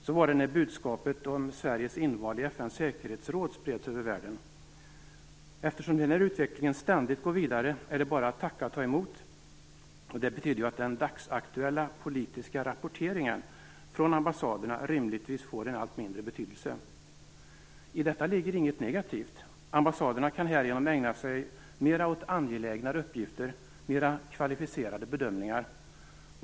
Så var det när budskapet om att Sverige valts in i FN:s säkerhetsråd spreds över världen. Eftersom den utvecklingen ständigt går vidare är det bara att tacka och ta emot. Det betyder att den dagsaktuella politiska rapporteringen från ambassaderna rimligtvis får en allt mindre betydelse. I detta ligger inget negativt. Ambassaderna kan härigenom ägna sig åt mer angelägna uppgifter och mer kvalificerade bedömningar.